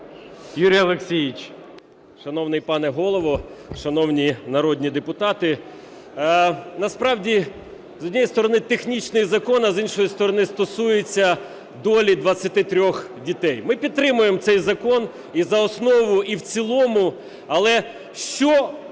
Ю.О. Шановний пане Голово, шановні народні депутати, насправді, з однієї сторони, технічний закон, а, з іншої сторони, стосується долі 23 дітей. Ми підтримаємо цей закон і за основу, і в цілому. Але що